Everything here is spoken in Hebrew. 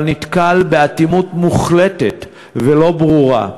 אבל נתקל באטימות מוחלטת ולא ברורה.